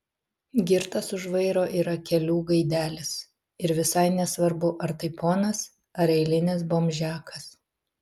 girtas už vairo yra kelių gaidelis ir visai nesvarbu ar tai ponas ar eilinis bomžiakas